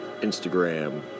Instagram